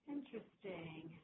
Interesting